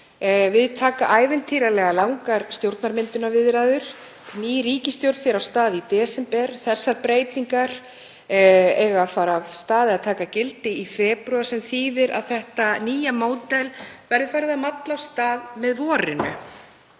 við taka ævintýralega langar stjórnarmyndunarviðræður. Ný ríkisstjórn fer af stað í desember. Þessar breytingar eiga að taka gildi í febrúar sem þýðir að þetta nýja módel verður farið að malla af stað með vorinu.